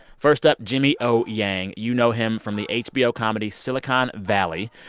first up, jimmy o. yang. you know him from the hbo comedy silicon valley,